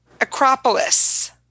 Acropolis